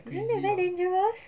isn't that very dangerous